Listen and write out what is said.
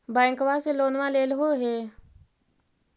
बैंकवा से लोनवा लेलहो हे?